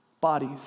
bodies